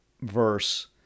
verse